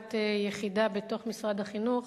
להקמת יחידה בתוך משרד החינוך